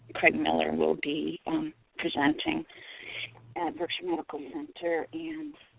craig miller will be presenting at berkshire medical center, and